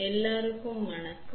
எல்லோருக்கும் வணக்கம்